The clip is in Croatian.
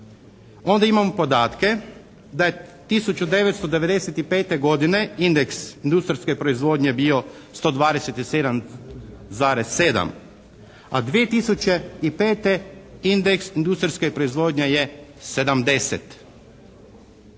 onda imamo podatke da je 1995. godine indeks industrijske proizvodnje bio 127,7. A 2005. indeks industrijske proizvodnje je 70.